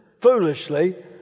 foolishly